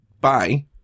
bye